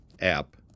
app